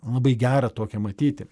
labai gera tokią matyti